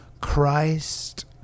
Christ